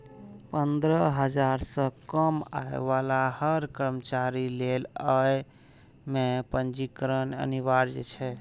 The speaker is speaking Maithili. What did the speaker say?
पंद्रह हजार सं कम आय बला हर कर्मचारी लेल अय मे पंजीकरण अनिवार्य छै